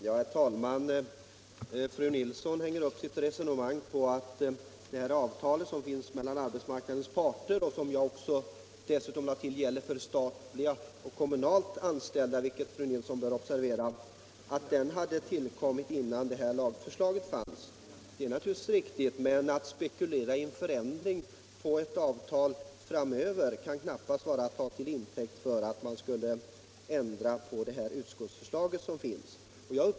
Herr talman! Fru Nilsson i Sunne hänger upp sitt resonemang på att avtalet mellan arbetsmarknadens parter — det gäller också för statligt och kommunalt anställda, vilket fru Nilsson bör observera — hade tillkommit innan lagförslaget fanns. Detta är riktigt, men en spekulation i en förändring av ett avtal framöver kan knappast tas till intäkt för att vi skall ändra utskottsförslaget.